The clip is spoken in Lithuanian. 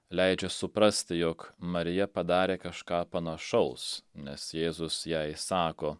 leidžia suprasti jog marija padarė kažką panašaus nes jėzus jai sako